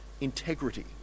integrity